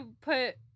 put